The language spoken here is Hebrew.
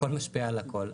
הכול משפיע על הכול.